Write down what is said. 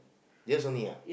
just only [ajh]